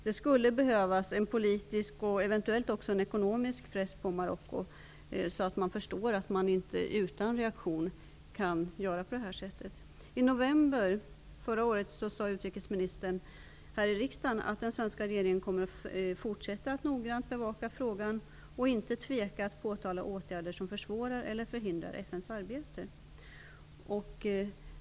Det skulle behövas en politisk, och eventuellt också en ekonomisk press, på Marocko så att de förstår att de inte utan reaktion kan göra på det här sättet. I november förra året sade utrikesministern här i riksdagen att den svenska regeringen skulle fortsätta att noggrant bevaka frågan och inte tveka att påtala åtgärder som försvårar eller förhindrar FN:s arbete.